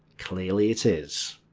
clearly it is.